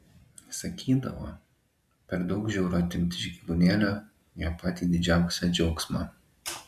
sakydavo per daug žiauru atimti iš gyvūnėlio jo patį didžiausią džiaugsmą